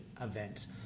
event